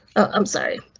i'm sorry.